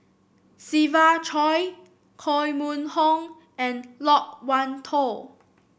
Siva Choy Koh Mun Hong and Loke Wan Tho